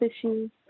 issues